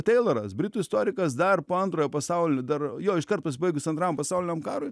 teiloras britų istorikas dar po antrojo pasaulinio dar jo iškart pasibaigus antram pasauliniam karui